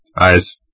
Eyes